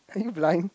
are you blind